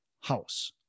house